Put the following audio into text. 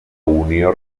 unió